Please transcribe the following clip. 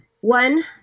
One